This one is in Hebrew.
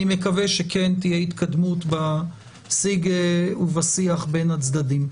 אני מקווה שכן תהיה התקדמות בשיג ובשיח בין הצדדים.